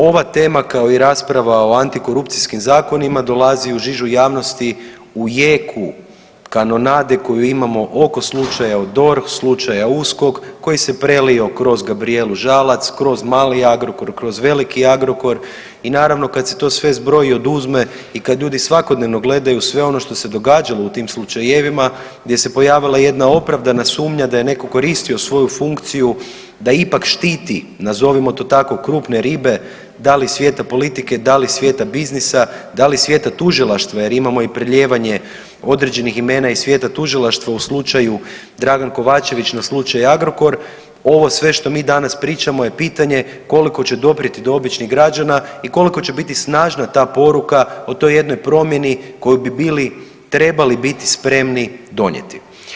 Ova tema kao i rasprava o antikorupcijskim zakonima dolazi u žižu javnosti u jeku kanonade koju imamo oko slučaja DORH, slučaja USKOK, koji se prelio kroz Gabrijelu Žalac, kroz mali Agrokor, kroz veliki Agrokor i naravno kad se to sve zbroji i oduzme i kad ljudi svakodnevno gledaju sve ono što se događalo u tim slučajevima gdje se pojavila jedna opravdana sumnja da je netko koristio svoju funkciju da ipak štiti, nazovimo to tako, krupne ribe da li iz svijeta politike, da li iz svijeta biznisa, da li iz svijeta tužilaštva jer imamo i prelijevanje određenih imena iz svijeta tužilaštva u slučaju Dragan Kovačević na slučaj Agrokor, ovo sve što mi danas pričamo je pitanje koliko će doprijeti do običnih građana i koliko će biti snažna ta poruka o toj jednoj promjeni koju bi bili trebali biti spremni donijeti.